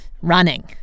running